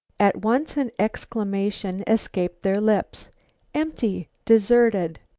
at once an exclamation escaped their lips empty! deserted!